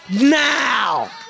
now